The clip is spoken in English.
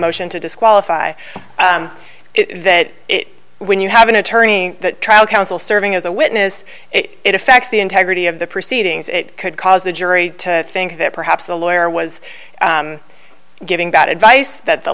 motion to disqualify it that when you have an attorney that trial counsel serving as a witness it affects the integrity of the proceedings it could cause the jury to think that perhaps the lawyer was giving bad advice that the